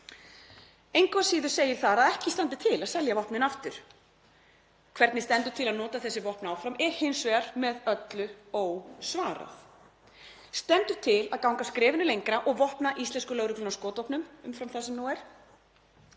Engu að síður segir þar að ekki standi til að selja vopnin aftur. Hvernig til stendur að nota þessi vopn áfram er hins vegar með öllu ósvarað. Stendur til að ganga skrefinu lengra og vopna íslensku lögregluna skotvopnum umfram það sem nú er?